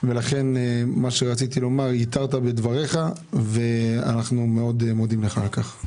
לכן מה שרציתי לומר יתרת בדברים ואנו מודים לך על כך.